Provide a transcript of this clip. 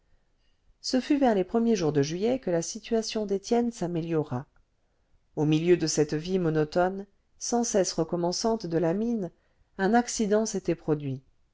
ce fut vers les premiers jours de juillet que la situation d'étienne s'améliora au milieu de cette vie monotone sans cesse recommençante de la mine un accident s'était produit